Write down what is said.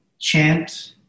chant